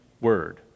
word